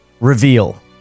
reveal